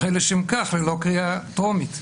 הרי לשם כך --- קריאה טרומית.